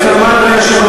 ומה עם נשים מוכות?